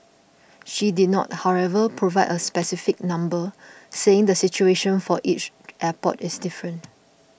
she did not however provide a specific number saying the situation for each airport is different